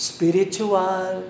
Spiritual